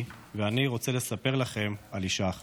ואני רוצה לספר לכם על אישה אחת,